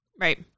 right